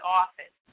office